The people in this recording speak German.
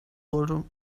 sollte